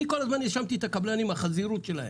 אני כל הזמן האשמתי את הקבלנים והחזירות שלהם.